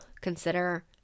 consider